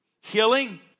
Healing